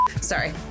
Sorry